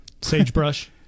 Sagebrush